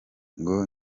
ngo